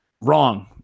Wrong